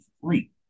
free